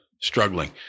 struggling